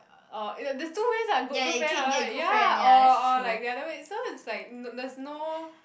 or oh there's two ways ah good good friend after that ya or or like the other way so it's like n~ n~ there's no